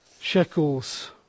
shekels